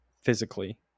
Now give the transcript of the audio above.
physically